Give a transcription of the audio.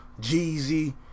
Jeezy